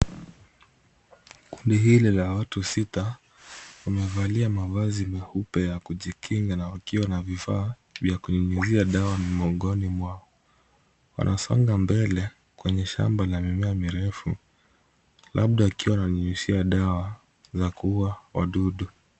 Kundi hili la watu sita wamevalia mavazi meupe ya kujikinga na wakiwa na vifaa vya kunyunyizia dawa migongoni mwao. Wanasonga mbele kwenye shamba la mimea mirefu, labda wakiwa wananyunyizia dawa za kuua wadudu.